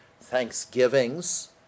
thanksgivings